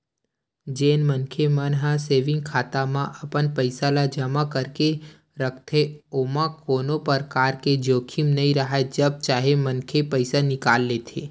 जेन मनखे मन ह सेंविग खाता म अपन पइसा ल जमा करके रखथे ओमा कोनो परकार के जोखिम नइ राहय जब चाहे मनखे पइसा निकाल लेथे